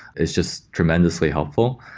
is just tremendously helpful.